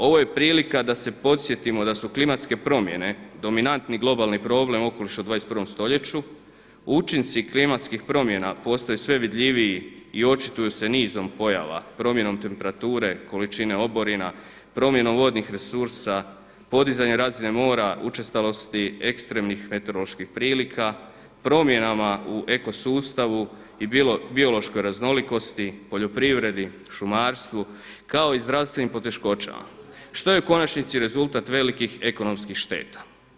Ovo je prilika da se podsjetimo da su klimatske promjene dominantni globalni problem okoliša u 21 stoljeću, učinci klimatskih promjena postaju sve vidljiviji i očituju se nizom pojava, promjenom temperature, količine oborina, promjenom vodnih resursa, podizanje razine mora, učestalosti ekstremnih meteoroloških prilika, promjenama u eko sustavu i biološkoj raznolikosti, poljoprivredi, šumarstvu kao i zdravstvenim poteškoćama što je u konačnici rezultat velikih ekonomskih šteta.